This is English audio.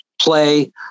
play